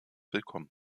willkommen